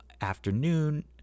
afternoon